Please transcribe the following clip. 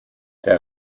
der